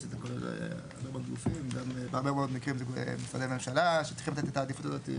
בהרבה מאוד מקרים זה משרדי ממשלה שצריכים לתת את העדיפויות.